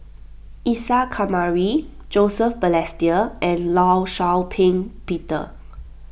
Isa Kamari Joseph Balestier and Law Shau Ping Peter